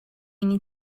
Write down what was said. need